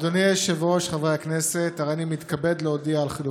עוד נביא את היום שבו יכירו בנכבה ויתקנו את העוול ההיסטורי.